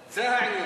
זה העניין.